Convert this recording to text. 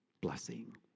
blessing